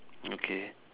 okay